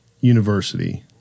University